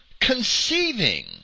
conceiving